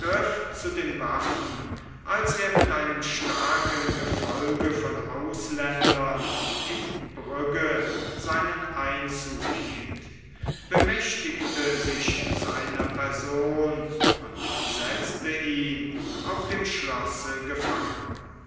zu den waffen als er mit einem starken gefolge von ausländern in brügge seinen einzug hielt bemächtigte sich seiner person und setzte ihn auf dem schlosse gefangen